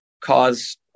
cause